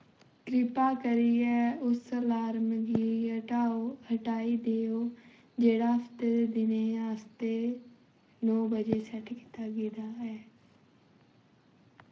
किरपा करियै उस अलार्म गी हटाओ हटाई देओ जेह्ड़ा हफ्ते दे दिनें आस्तै नौ बजे सैट्ट कीता गेदा ऐ